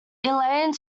elaine